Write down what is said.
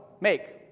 make